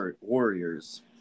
warriors